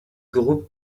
groupe